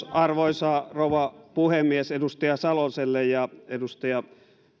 arvoisa rouva puhemies edustaja saloselle ja edustaja